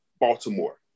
Baltimore